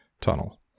tunnel